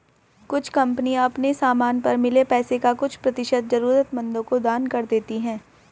कुछ कंपनियां अपने समान पर मिले पैसे का कुछ प्रतिशत जरूरतमंदों को दान कर देती हैं